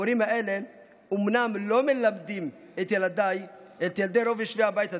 המורים האלה אומנם לא מלמדים את ילדיי ואת ילדי רוב יושבי הבית הזה,